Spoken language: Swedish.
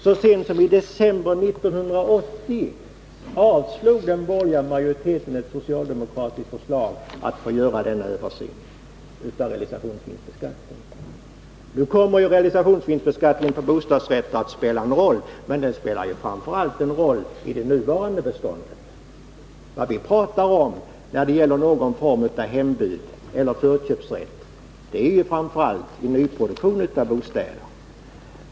Så sent som i december 1980 avslog den borgerliga majoriteten ett socialdemokratiskt förslag om en sådan översyn av realisationsvinstbeskattningen. En sådan beskattning av bostadsrätter skulle komma att spela en roll, men det gäller framför allt i det nuvarande beståndet. Våra förslag om någon form av hembud eller förköpsrätt gällde framför allt nyproduktionen av bostäder.